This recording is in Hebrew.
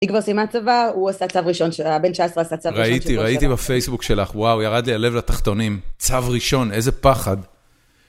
היא כבר סיימה צבא, הוא עשה צו ראשון, הבן 19 עשה צו ראשון של בן 17. ראיתי, ראיתי בפייסבוק שלך, וואו, ירד לי הלב לתחתונים. צו ראשון, איזה פחד.